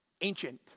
Ancient